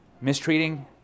mistreating